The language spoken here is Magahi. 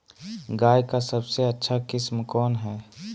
गाय का सबसे अच्छा किस्म कौन हैं?